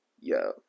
Yo